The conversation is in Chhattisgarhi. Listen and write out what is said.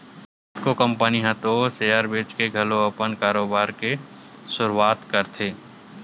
कतको कंपनी ह तो सेयर बेंचके घलो अपन कारोबार के सुरुवात करथे